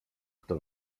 kto